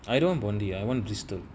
I don't bondi I want bristol